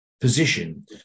position